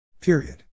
Period